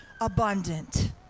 abundant